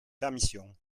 permission